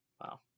Wow